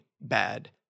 bad